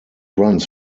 runs